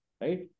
right